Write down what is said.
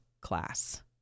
class